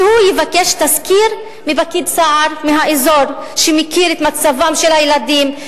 שיבקש תסקיר מפקיד סעד מהאזור שמכיר את מצבם של הילדים,